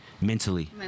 mentally